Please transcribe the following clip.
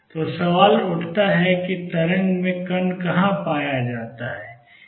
तो सवाल उठता है कि तरंग में कण कहाँ पाया जाता है